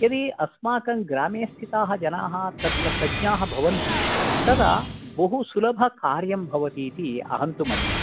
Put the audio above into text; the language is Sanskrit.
यदि अस्माकं ग्रामे स्थिताः जनाः तत्र प्रज्ञा भवन्ति तदा बहु सुलभकार्यं भवति इति अहं तु मन्ये